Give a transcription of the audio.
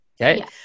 Okay